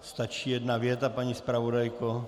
Stačí jedna věta, paní zpravodajko.